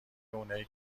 اونای